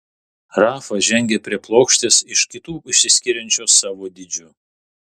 rafa žengė prie plokštės iš kitų išsiskiriančios savo dydžiu